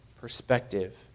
perspective